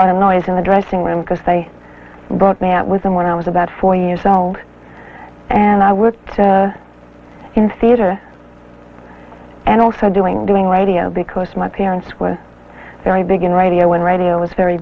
lot of noise in the dressing room because they brought me out with them when i was about four years old and i were to in theater and also doing doing radio because my parents were very big in radio when radio was very